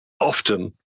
often